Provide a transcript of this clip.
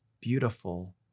beautiful